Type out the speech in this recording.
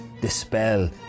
dispel